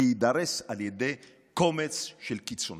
להידרס על ידי קומץ של קיצונים?